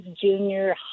junior